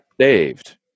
saved